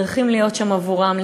צריכים להיות שם עבורם,